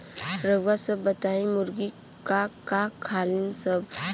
रउआ सभ बताई मुर्गी का का खालीन सब?